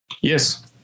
Yes